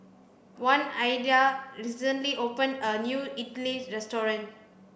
oneida recently opened a new Idili restaurant